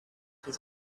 his